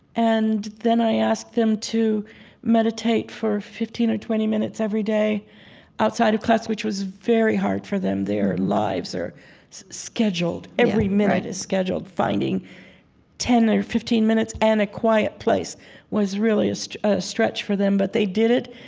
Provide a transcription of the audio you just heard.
and then i asked them to meditate for fifteen or twenty minutes every day outside of class, which was very hard for them their lives are scheduled. every minute is scheduled. finding ten or fifteen minutes and a quiet place was really a ah stretch for them. but they did it,